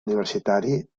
universitari